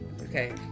Okay